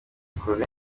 ikoze